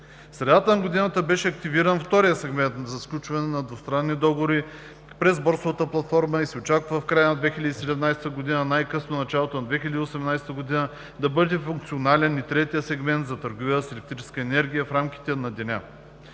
средата на годината беше активиран вторият сегмент за сключване на двустранни договори през борсова платформа и се очаква в края на 2017 г., най-късно началото на 2018 г., да бъде функционален и третият сегмент за търговия с електрическа енергия „в рамките на деня“.